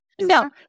No